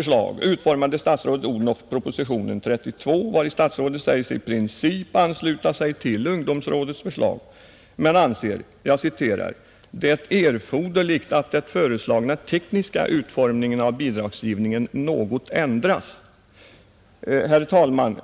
statsrådet fru Odhnoff propositionen 32, vari statsrådet säger sig i princip ansluta sig till ungdomsrådets förslag men anser det ”erforderligt att den föreslagna tekniska utformningen av bidragsgivningen något ändras”. Herr talman!